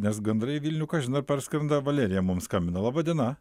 nes gandrai į vilnių kažin ar parskrenda valerija mums skambina laba diena